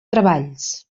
treballs